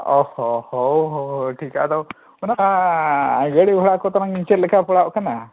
ᱚᱻ ᱦᱚᱸ ᱦᱳ ᱦᱳ ᱴᱷᱤᱠᱼᱟ ᱟᱫᱚ ᱚᱱᱟ ᱜᱟᱹᱰᱤ ᱵᱷᱟᱲᱟ ᱠᱚ ᱛᱟᱞᱟᱝ ᱪᱮᱫ ᱞᱮᱠᱟ ᱯᱟᱲᱟᱜ ᱠᱟᱱᱟ